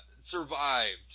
survived